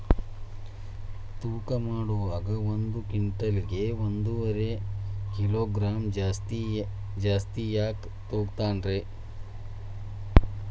ತೂಕಮಾಡುವಾಗ ಒಂದು ಕ್ವಿಂಟಾಲ್ ಗೆ ಒಂದುವರಿ ಕಿಲೋಗ್ರಾಂ ಜಾಸ್ತಿ ಯಾಕ ತೂಗ್ತಾನ ರೇ?